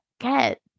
get